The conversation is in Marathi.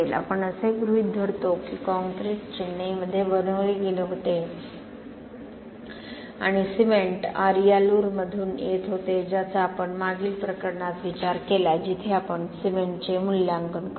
आपण असे गृहीत धरतो की कॉंक्रिट चेन्नईमध्ये बनवले गेले होते आणि सिमेंट अरियालूरमधून येत होते ज्याचा आपण मागील प्रकरणात विचार केला जेथे आपण सिमेंटचे मूल्यांकन करतो